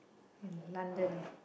in London